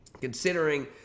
considering